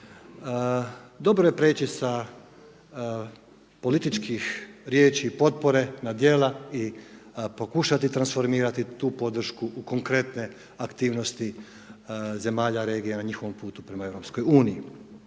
Dobro je priječi sa političkih riječi potpore na djela i pokušati transformirati tu podršku u konkretne aktivnosti zemalja regija ne njihovom putu prema